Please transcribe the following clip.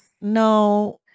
no